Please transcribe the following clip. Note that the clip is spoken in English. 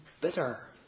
bitter